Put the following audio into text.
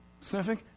sniffing